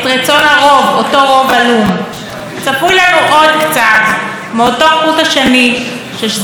צפוי לנו עוד קצת מאותו חוט השני ששזירתו החלה אי-שם ב-2015,